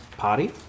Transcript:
party